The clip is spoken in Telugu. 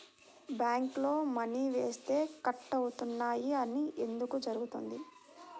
బ్యాంక్లో మని వేస్తే కట్ అవుతున్నాయి అది ఎందుకు జరుగుతోంది?